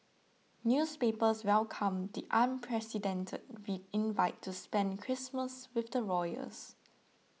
newspapers welcomed the unprecedented V invite to spend Christmas with the royals